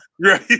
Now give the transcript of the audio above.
Right